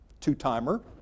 two-timer